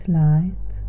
light